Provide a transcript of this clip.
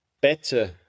better